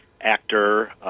actor